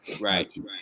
Right